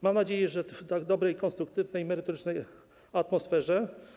Mam nadzieję, że w dobrej, konstruktywnej, merytorycznej atmosferze.